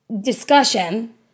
discussion